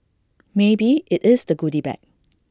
maybe IT is the goody bag